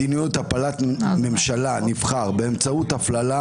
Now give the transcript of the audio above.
מדיניות הפלת ראש ממשלה נבחר באמצעות הפללה